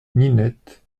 ninette